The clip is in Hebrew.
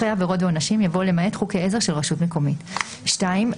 אחרי "עבירות ועונשים" יבוא "למעט חוקי עזר של רשות מקומית"." סעיף 2,